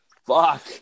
fuck